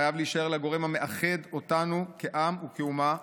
חייב להישאר כגורם המאחד אותנו כעם וכאומה,